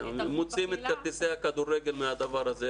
מוציאים את כרטיסי הכדורגל מהדבר הזה.